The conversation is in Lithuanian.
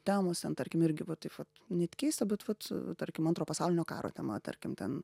temos ten tarkim irgi va taip va net keista bet vat tarkim antro pasaulinio karo tema tarkim ten